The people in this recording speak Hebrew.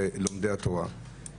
לומדי התורה.